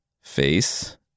face